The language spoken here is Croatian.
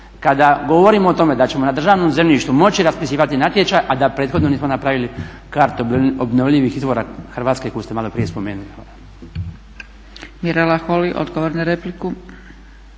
kada govorimo o tome da ćemo na državnom zemljištu moći raspisivati natječaj, a da prethodno nismo napravili kartu obnovljivih izvora Hrvatske koju ste maloprije spomenuli.